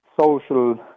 Social